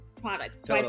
products